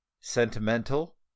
sentimental